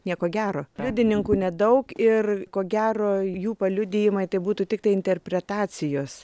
nieko gero liudininkų nedaug ir ko gero jų paliudijimai tai būtų tiktai interpretacijos